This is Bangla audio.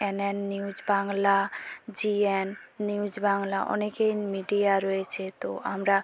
এনএন নিউজ বাংলা জিএন নিউজ বাংলা অনেক মিডিয়া রয়েছে তো আমরা